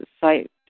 site